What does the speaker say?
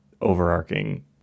overarching